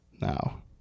now